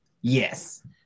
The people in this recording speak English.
yes